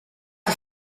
een